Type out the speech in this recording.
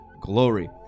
glory